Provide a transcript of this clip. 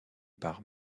par